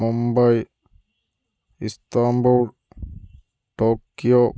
Mumbai Istanbul Tokyo